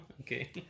okay